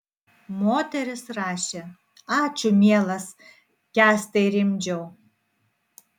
moteris rašė ačiū mielas kęstai rimdžiau